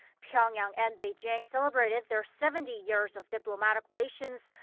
pyeongyang and beijing celebrated their seventy years of diplomatic relations,